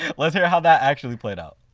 let's hear how that actually played out